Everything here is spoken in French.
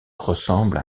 ressemble